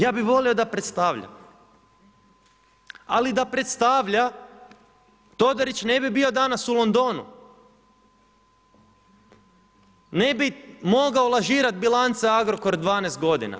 Ja bih volio da predstavlja, ali predstavlja Todorić ne bi bio danas u Londonu, ne bi mogao lažirati bilance Agrokor 12 godina.